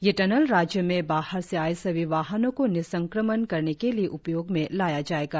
यह टनल राज्य में बाहर से आए सभी वाहनों को निस्संक्रण करने के लिए उपयोग किया जाएगा